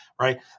right